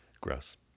Gross